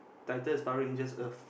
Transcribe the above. title is Power-Ranger Earth